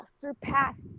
surpassed